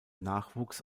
nachwuchs